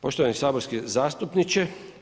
Poštovani saborski zastupniče.